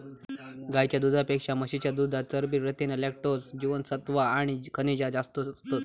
गाईच्या दुधापेक्षा म्हशीच्या दुधात चरबी, प्रथीना, लॅक्टोज, जीवनसत्त्वा आणि खनिजा जास्त असतत